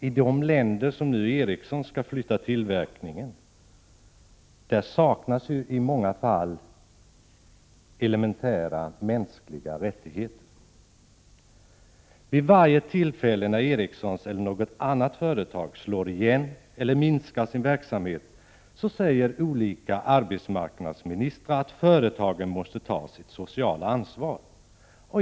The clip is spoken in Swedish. I de länder som Ericsson nu skall flytta tillverkningen till saknas i många fall elementära mänskliga rättigheter. Vid varje tillfälle när Ericsson eller något annat företag slår igen eller minskar sin verksamhet, säger olika arbetsmarknadsministrar att företagen måste ta sitt sociala ansvar.